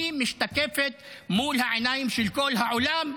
היא משתקפת מול העיניים של כל העולם,